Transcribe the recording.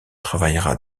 travaillera